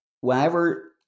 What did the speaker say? Whenever